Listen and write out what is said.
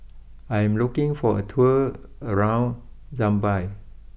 I am looking for a tour around Zambia